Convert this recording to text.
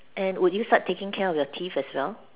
and would you start taking care of your teeth's as well